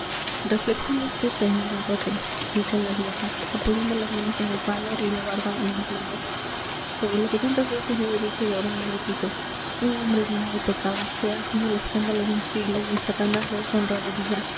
mocedad reflexione vd sr garrote dijo la vieja apoyando las manos en el palo y la barba en las manos sobre lo que tantas veces le he dicho y ahora le repito un hombre lleno de pecados que ha sido el escándalo de un siglo y el satanás de esta honrada villa